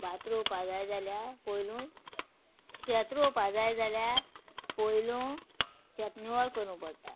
भात रोंवपा जाय जाल्यार पोयलू शेत रोवपा जाय जाल्या पोयलू शेत निवळ करूं पोडटा